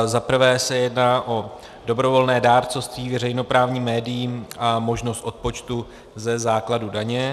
Za prvé se jedná o dobrovolné dárcovství veřejnoprávním médiím a možnost odpočtu ze základu daně.